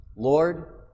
Lord